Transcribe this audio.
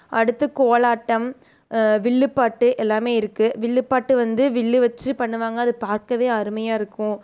அடுத்து கோலாட்டம் வில்லுப்பாட்டு எல்லாமே இருக்குது வில்லுப்பாட்டு வந்து வில்லு வச்சு பண்ணுவாங்கள் அது பார்க்கவே அருமையாக இருக்கும்